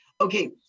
okay